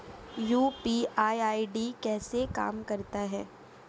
UPI ID कैसे काम करता है?